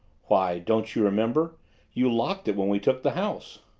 why, don't you remember you locked it when we took the house.